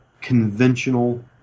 conventional